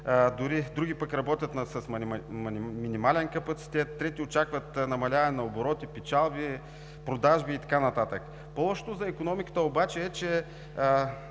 други пък работят с минимален капацитет, трети очакват намаляване на обороти печалби, продажби и така нататък. По-лошото за икономиката обаче е, че